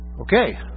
Okay